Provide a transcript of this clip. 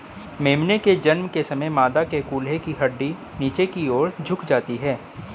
मेमने के जन्म के समय मादा के कूल्हे की हड्डी नीचे की और झुक जाती है